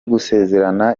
gusezerana